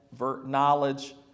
knowledge